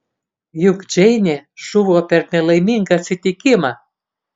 juk džeinė žuvo per nelaimingą atsitikimą